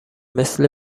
مثل